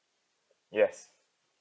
yes